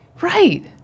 Right